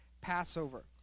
Passover